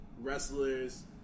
wrestlers